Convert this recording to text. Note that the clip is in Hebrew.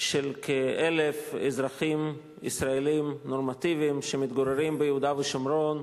של כ-1,000 אזרחים ישראלים נורמטיביים שמתגוררים ביהודה ושומרון,